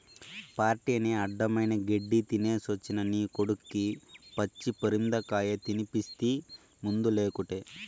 party అని అడ్డమైన గెడ్డీ తినేసొచ్చిన నీ కొడుక్కి పచ్చి పరిందకాయ తినిపిస్తీ మందులేకుటే